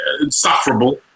Insufferable